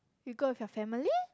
you go with your family